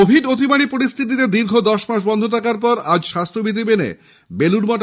Covid অতিমারীর পরিস্থিতিতে দীর্ঘ দশ মাস বন্ধ থাকার পর আজ স্বাস্থ্যবিধি মেনে ফের খুলছে বেলুড় মঠ